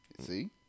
See